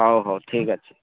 ହଉ ହଉ ଠିକ୍ ଅଛି